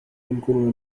يمكننا